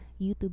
youtube